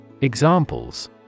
Examples